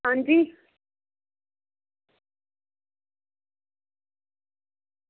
अंजी